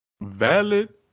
valid